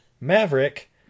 Maverick